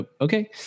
okay